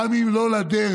גם אם לא לדרך,